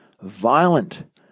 violent